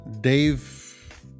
Dave